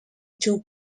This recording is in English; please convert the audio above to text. two